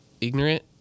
ignorant